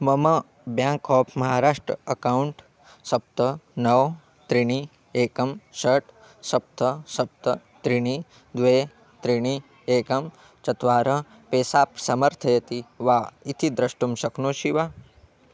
मम bank of Maharashtra account सप्त नव त्रीणि एकं षट् सप्त सप्त त्रीणि द्वे त्रीणि एकं चत्वारि पेसाप् समर्थयति वा इति द्रष्टुं शक्नोषि वा